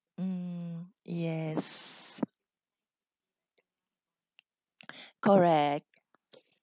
mm yes correct